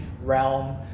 realm